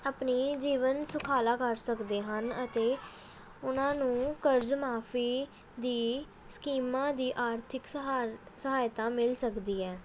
ਆਪਣਾ ਜੀਵਨ ਸੁਖਾਲਾ ਕਰ ਸਕਦੇ ਹਨ ਅਤੇ ਉਹਨਾਂ ਨੂੰ ਕਰਜ਼ ਮੁਆਫੀ ਦੀਆਂ ਸਕੀਮਾਂ ਦੀ ਆਰਥਿਕ ਸਹਾਰ ਸਹਾਇਤਾ ਮਿਲ ਸਕਦੀ ਹੈ